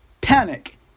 Panic